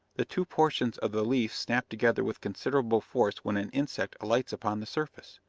the two portions of the leaf snap together with considerable force when an insect alights upon the surface,